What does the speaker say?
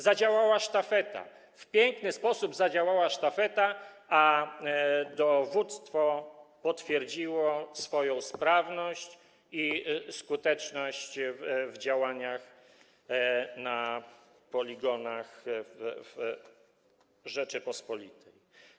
Zadziała sztafeta, w piękny sposób zadziałała sztafeta, a dowództwo potwierdziło swoją sprawność i skuteczność w działaniach na poligonach Rzeczypospolitej.